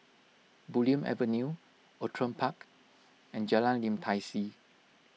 Bulim Avenue Outram Park and Jalan Lim Tai See